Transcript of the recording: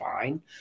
fine